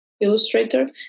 illustrator